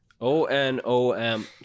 O-N-O-M